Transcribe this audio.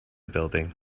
building